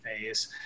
phase